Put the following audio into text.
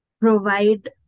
provide